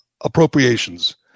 appropriations